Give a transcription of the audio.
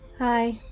Hi